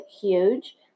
huge